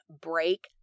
break